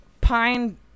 pine